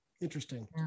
Interesting